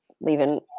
leaving